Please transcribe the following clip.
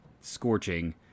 scorching